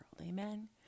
Amen